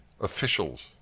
officials